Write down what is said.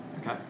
Okay